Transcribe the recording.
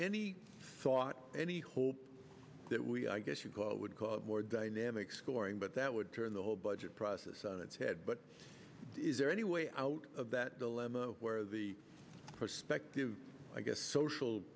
thought any hope that we i guess you'd call it would cause more dynamic scoring but that would turn the whole budget process on its head but is there any way out of that dilemma where the perspective i guess social